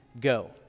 go